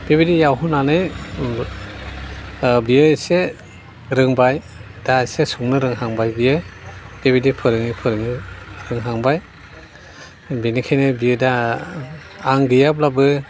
बेबायदि एवहोनानै बियो एसे रोंबाय दा एसे संनो रोंहांबाय बियो बेबायदि फोरोंयै फोरोंयै रोंहांबाय बेनिखायनो बियो दा आं गैयाब्लाबो